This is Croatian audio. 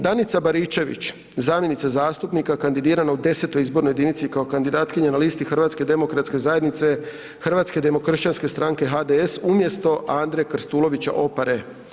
Danica Baričević, zamjenica zastupnika kandidirana u X. izbornoj jedinici kao kandidatkinja na listi Hrvatske demokratske zajednice, Hrvatske demokršćanske stranke, HDS umjesto Andre Krstulovića Opare.